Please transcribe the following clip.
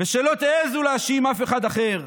ושלא תעזו להאשים אף אחד אחר".